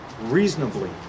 reasonably